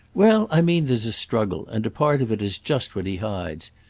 well, i mean there's a struggle, and a part of it is just what he hides.